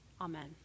Amen